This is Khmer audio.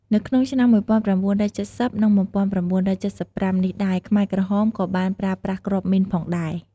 នៅក្នុងឆ្នាំ ១៩៧០ និង ១៩៧៥ នេះដែរ ខ្មែរក្រហមក៏បានប្រើប្រាស់គ្រាប់មីនផងដែរ។